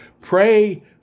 Pray